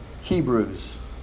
Hebrews